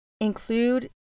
include